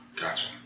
Gotcha